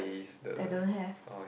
I don't have